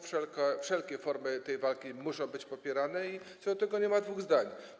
Wszelkie formy tej walki muszą być popierane, co do tego nie ma dwóch zdań.